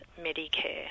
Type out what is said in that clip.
Medicare